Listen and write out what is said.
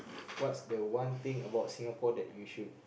what's the one thing about Singapore that you should